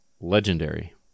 legendary